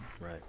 Right